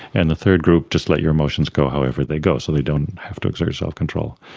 and the third group just let your emotions go however they go, so they don't have to exert self-control.